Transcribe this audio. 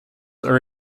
are